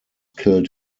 killed